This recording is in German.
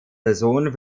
saison